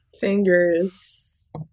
Fingers